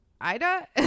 Ida